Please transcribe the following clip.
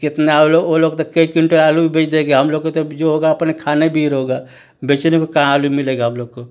कितना वो लोग वो लोग तो क्या क्विंटल आलू बेच देंगे हम लोग को तो जो होगा अपने खाने भर होगा बेचने को कहाँ आलू मिलेगा हम लोग को